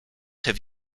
have